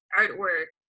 artwork